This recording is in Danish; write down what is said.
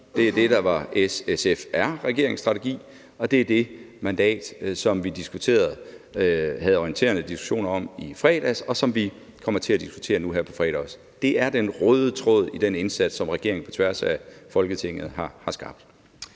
Det er det, der var S-SF-R-regeringens strategi. Og det er det mandat, som vi havde orienterende diskussioner om i fredags, og som vi også kommer til at diskutere nu her på fredag. Det er den røde tråd i den indsats, som regeringen på tværs af Folketinget har skabt.